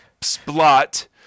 splot